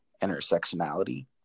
intersectionality